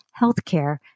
healthcare